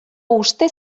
uste